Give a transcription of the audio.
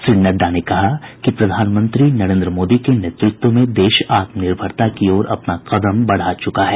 श्री नड्डा ने कहा कि प्रधानमंत्री नरेन्द्र मोदी के नेतृत्व में देश आत्मनिर्भरता की ओर अपना कदम बढ़ा चुका है